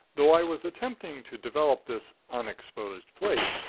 though i was attempting to develop this unexposed plate,